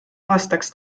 aastaks